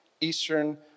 Eastern